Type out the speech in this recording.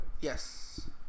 Yes